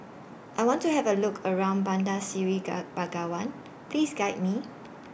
I want to Have A Look around Bandar Seri Begawan Please Guide Me